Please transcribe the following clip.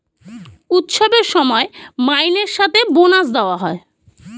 উৎসবের সময় মাইনের সাথে বোনাস দেওয়া হয়